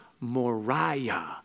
Moriah